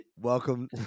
Welcome